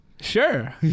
Sure